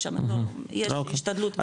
יש השתדלות.